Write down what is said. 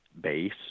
base